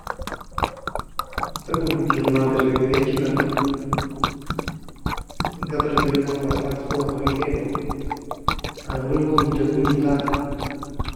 Kotta gon jornal terka gerichenan ne ghatarin kiray fan fa saa tosko ga akharien kailo ademri gon weda gognintani.